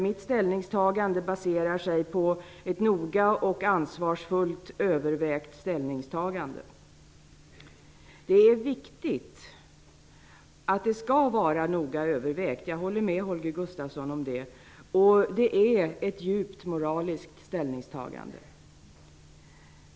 Mitt ställningstagande baserar sig på ett noga och ansvarsfullt övervägande. Det är viktigt att man överväger noga. I det fallet håller jag helt med Holger Gustafsson. Det här är ett djupt moraliskt ställningstagande.